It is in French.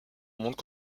montre